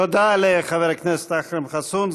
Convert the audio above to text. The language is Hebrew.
תודה לחבר הכנסת אכרם חסון.